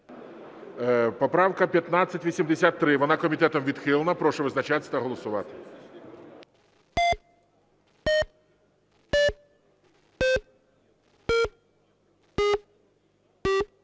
Поправка 1823. Комітетом відхилена. Прошу визначатись та голосувати.